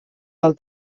del